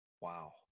Wow